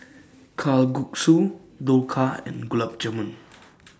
Kalguksu Dhokla and Gulab Jamun